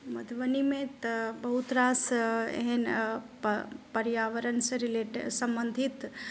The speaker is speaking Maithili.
मधुबनीमे तऽ बहुत रास एहन प पर्यावरणसँ रिलेटेड सम्बन्धित